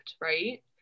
Right